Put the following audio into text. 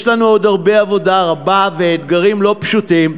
יש לנו עוד עבודה רבה ואתגרים לא פשוטים,